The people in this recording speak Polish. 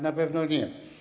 Na pewno nie.